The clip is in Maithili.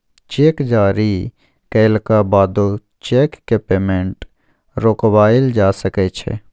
चेक जारी कएलाक बादो चैकक पेमेंट रोकबाएल जा सकै छै